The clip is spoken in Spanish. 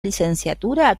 licenciatura